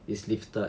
is lifted